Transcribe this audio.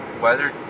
weather